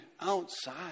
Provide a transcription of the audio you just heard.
outside